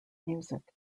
music